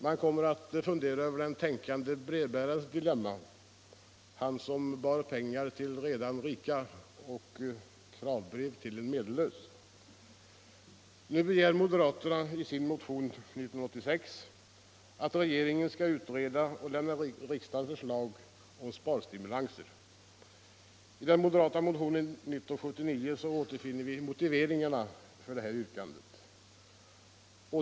Man kommer att fundera över den tänkande lantbrevbärarens dilemma, han som bar ”Pengar till de redan rika och kravbrev till en medellös”. Nu begär moderaterna i sin motion nr 1986 att regeringen skall utreda och lämna riksdagen förslag om sparstimulanser. I den moderata partimotionen nr 1979 återfinner vi motiveringarna för det yrkandet.